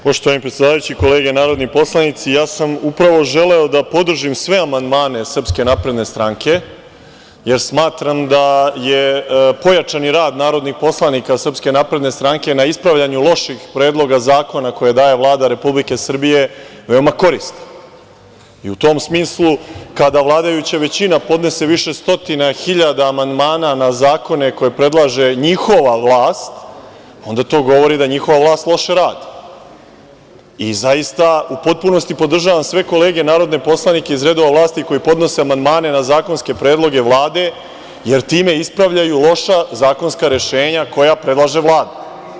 Poštovani predsedavajući, kolege narodni poslanici, ja sam upravo želeo da podržim sve amandmane SNS, jer smatram da je pojačani rad narodnih poslanik SNS na ispravljanju loših predloga zakona koje daje Vlada Republike Srbije veoma korisno i u tom smislu kada vladajuća većina podnese više stotina hiljada amandmana na zakone koje predlaže njihova vlast, onda to govori da njihova vlast loše radi i zaista u potpunosti podržavam sve kolege narodne poslanike iz redova vlasti koji podnose amandmane na zakonske predloge Vlade, jer time ispravljaju loša zakonska rešenja koja pomaže Vladu.